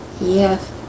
yes